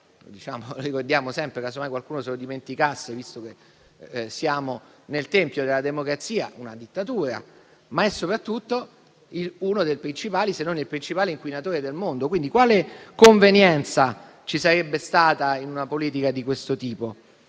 (ricordiamolo sempre, casomai qualcuno se lo dimenticasse, visto che siamo nel tempio della democrazia) oltre a essere una dittatura, è soprattutto uno dei principali, se non il principale inquinatore del mondo. Quale convenienza ci sarebbe stata in una politica di questo tipo,